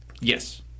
Yes